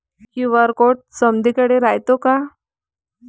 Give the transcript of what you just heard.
QR code समदीकडे रायतो का?